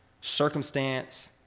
circumstance